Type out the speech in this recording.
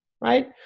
right